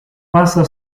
pasa